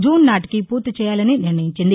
June నాటికి పూర్తి చేయాలని నిర్ణయించింది